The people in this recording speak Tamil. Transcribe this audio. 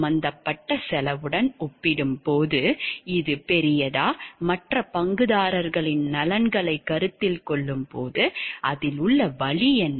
சம்பந்தப்பட்ட செலவுடன் ஒப்பிடும் போது இது பெரியதா மற்ற பங்குதாரர்களின் நலன்களைக் கருத்தில் கொள்ளும்போது அதில் உள்ள வலி என்ன